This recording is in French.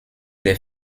des